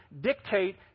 dictate